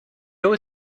old